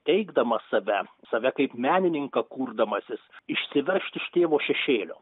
teigdamas save save kaip menininką kurdamasis išsiveržt iš tėvo šešėlio